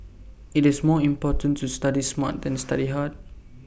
IT is more important to study smart than to study hard